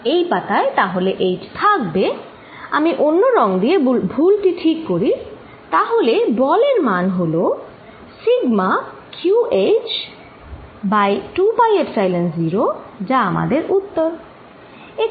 এই পাতায় তাহলে h থাকবে আমি অন্য রং দিয়ে ভুলটি ঠিক করি তাহলে বল এর মান হল σqhবাই 2 পাই এপসাইলন0 যা আমাদের উত্তর